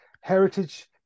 heritage